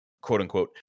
quote-unquote